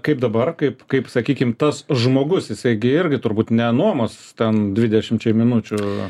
kaip dabar kaip kaip sakykim tas žmogus jisai gi irgi turbūt nenuomos ten dvidešimčiai minučių